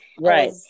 right